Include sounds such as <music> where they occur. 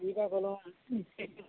Srikakulam <unintelligible>